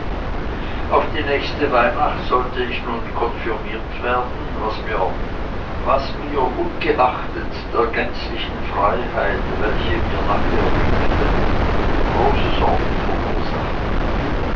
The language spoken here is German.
auf die nächste weihnacht sollte ich nun konfirmiert werden was mir ungeachtet der gänzlichen freiheit welche mir nachher winkte große sorgen verursachte